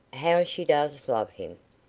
how she does love him!